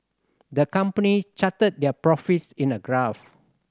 the company charted their profits in a graph